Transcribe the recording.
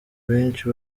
benshi